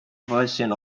version